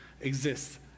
exists